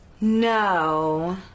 No